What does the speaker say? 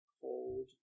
cold